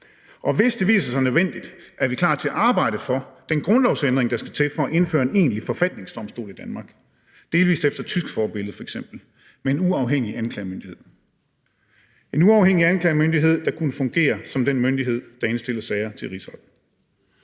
Og hvis det viser sig nødvendigt, er vi klar til at arbejde for den grundlovsændring, der skal til for at indføre en egentlig forfatningsdomstol i Danmark, f.eks. delvis efter tysk forbillede med en uafhængig anklagemyndighed – en uafhængig anklagemyndighed, der kunne fungere som den myndighed, der indstiller sager til Rigsretten.